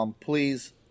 Please